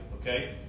Okay